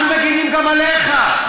אנחנו מגינים גם עליך.